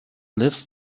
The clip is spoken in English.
live